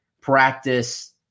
practice